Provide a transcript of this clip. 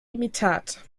imitat